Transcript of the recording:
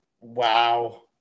Wow